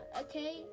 okay